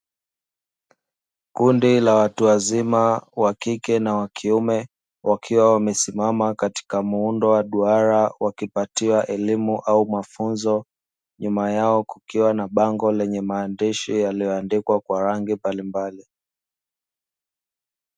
Kundi la watu wazima wa kike na wa kiume wakiwa wamesimama katika muundo wa duara wakipatiwa elimu au mafunzo, nyuma yao kukiwa na bango lenye maandishi yaliyoandikwa kwa rangi mbalimbali.